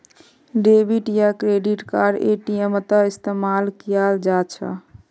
debit या credit card एटीएमत इस्तेमाल कियाल जा छ